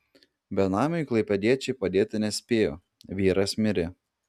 benamiui klaipėdiečiai padėti nespėjo vyras mirė